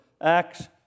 Acts